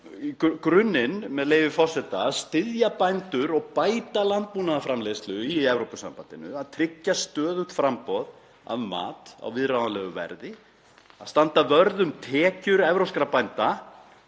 grunninn, með leyfi forseta, að styðja bændur og bæta landbúnaðarframleiðslu í Evrópusambandinu, að tryggja stöðugt framboð af mat á viðráðanlegu verði, að standa vörð um tekjur evrópskra bænda,